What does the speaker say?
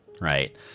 right